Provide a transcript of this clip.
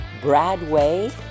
Bradway